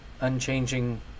unchanging